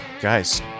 Guys